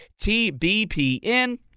TBPN